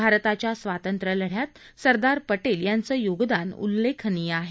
भारताच्या स्वतंत्रलढ्यात सरदार पटेल यांचं योगदान उल्लेखनीय आहे